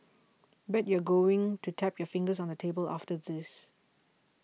bet you're going to tap your fingers on the table after this